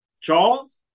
Charles